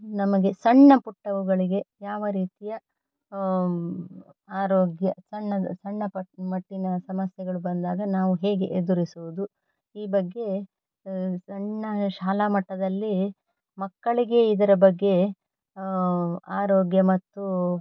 ನಮಗೆ ಸಣ್ಣಪುಟ್ಟವುಗಳಿಗೆ ಯಾವ ರೀತಿಯ ಆರೋಗ್ಯ ಸಣ್ಣದು ಸಣ್ಣ ಪ ಮಟ್ಟಿನ ಸಮಸ್ಯೆಗಳು ಬಂದಾಗ ನಾವು ಹೇಗೆ ಎದುರಿಸುವುದು ಈ ಬಗ್ಗೆ ಸಣ್ಣ ಶಾಲಾ ಮಟ್ಟದಲ್ಲಿ ಮಕ್ಕಳಿಗೆ ಇದರ ಬಗ್ಗೆ ಆರೋಗ್ಯ ಮತ್ತು